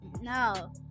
No